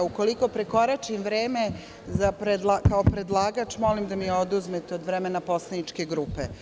Ukoliko prekoračim vreme kao predlagač, molim da mi oduzmete od vremena poslaničke grupe.